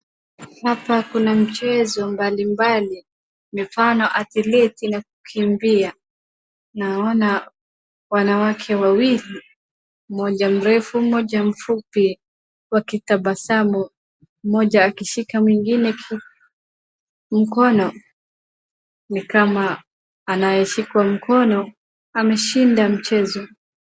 Hapa kuna michezo mbalimbali, mifano athlete na kukimbia, naona wanawake wawili mmoja mrefu mmoja mfupi wakitabasamu. Mmoja akishika mwingine mkono nikama anayeshikwa mkono ameshinda mchezo.